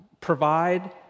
Provide